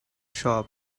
shop